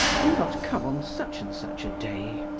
do not come on such and such a day.